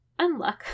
unluck